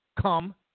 come